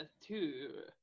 two